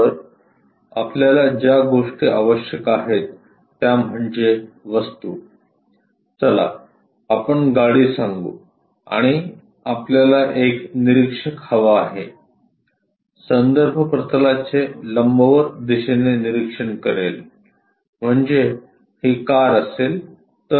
तर आपल्याला ज्या गोष्टी आवश्यक आहेत त्या म्हणजे वस्तू चला आपण गाडी सांगू आणि आपल्याला एक निरीक्षक हवा आहे संदर्भ प्रतलाचे लंबवत दिशेने निरीक्षण करेल म्हणजे ही कार असेल तर